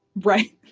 right.